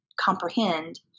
Comprehend